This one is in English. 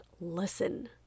listen